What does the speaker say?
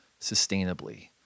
sustainably